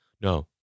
No